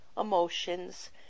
emotions